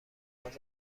اذر